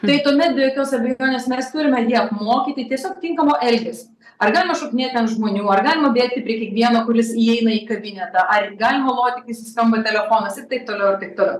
tai tuomet be jokios abejonės mes turime jį apmokyti tiesiog tinkamo elgesio ar galima šokinėti ant žmonių ar galima bėgti prie kiekvieno kuris įeina į kabinetą ar galima loti kai suskamba telefonas ir taip toliau ir taip toliau